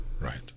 right